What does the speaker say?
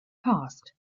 passed